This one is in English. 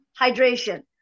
hydration